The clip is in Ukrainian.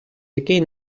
який